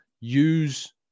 use